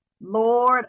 Lord